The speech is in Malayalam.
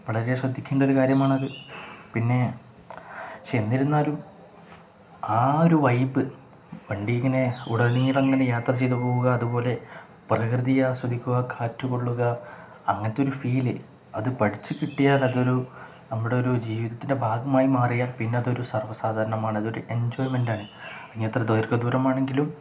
വളരെ ശ്രദ്ധിക്കേണ്ട ഒരു കാര്യമാണത് പിന്നെ പക്ഷെ എന്നിരുന്നാലും ആ ഒരു വൈബ് വണ്ടി ഇങ്ങനെ ഉടനീളമങ്ങനെ യാത്ര ചെയ്തു പോവുക അതുപോലെ പ്രകൃതി ആസ്വദിക്കുക കാറ്റു കൊള്ളുക അങ്ങനത്തൊരു ഫീല് അതു പഠിച്ചുകിട്ടിയാലതൊരു നമ്മുടെയൊരു ജീവിതത്തിൻ്റെ ഭാഗമായി മാറിയാൽ പിന്നെയതൊരു സർവസാധാരണമാണ് അതൊരു എൻജോയ്മെന്റാണ് ഇനിയെത്ര ദീര്ഘ ദൂരമാണെങ്കിലും